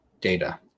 data